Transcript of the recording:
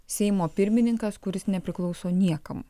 seimo pirmininkas kuris nepriklauso niekam